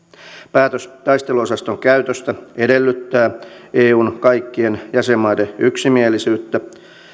päätös taisteluosaston käytöstä edellyttää eun kaikkien jäsenmaiden yksimielisyyttä